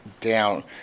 down